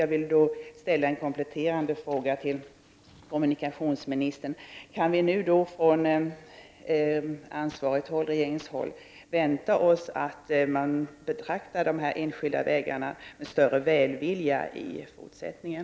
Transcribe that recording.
Jag vill ställa en kompletterande fråga till kommunikationsministern: Kan vi nu vänta oss att man från ansvarigt håll, från regeringshåll, betraktar de enskilda vägarna med större välvilja i fortsättningen?